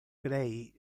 grey